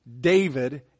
David